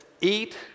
eat